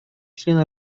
члена